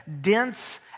dense